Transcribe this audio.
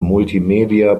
multimedia